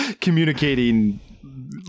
communicating